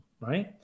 right